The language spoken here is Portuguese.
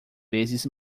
vezes